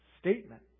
statement